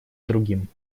другим